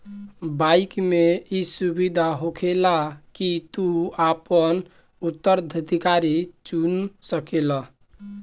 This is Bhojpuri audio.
बाइक मे ई सुविधा होखेला की तू आपन उत्तराधिकारी चुन सकेल